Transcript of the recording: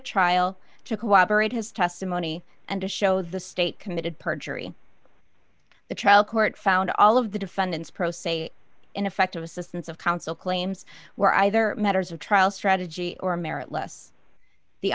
trial to cooperate his testimony and to show the state committed perjury the trial court found all of the defendant's pro se ineffective assistance of counsel claims were either matters of trial strategy or merit